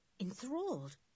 enthralled